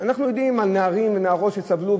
אנחנו יודעים על נערים ונערות שסבלו,